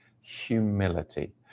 humility